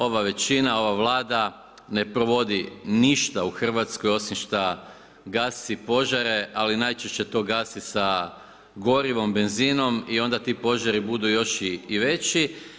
Ova većina, ova Vlada ne provodi ništa u Hrvatskoj osim što gasi požare, ali najčešće to gasi sa gorivom, benzinom i onda ti požari budu još i veći.